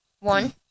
One